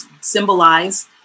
symbolize